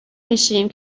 میشیم